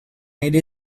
made